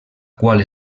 qual